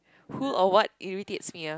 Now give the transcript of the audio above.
who or what irritates me ah